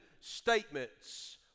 statements